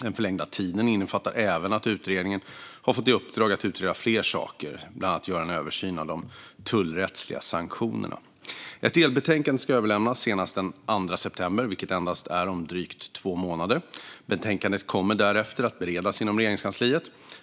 Den förlängda tiden innefattar även att utredningen har fått i uppdrag att utreda fler saker, bland annat att göra en översyn av de tullrättsliga sanktionerna. Ett delbetänkande ska överlämnas senast den 2 september, vilket är om endast drygt två månader. Betänkandet kommer därefter att beredas inom Regeringskansliet.